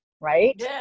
Right